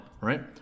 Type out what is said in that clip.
right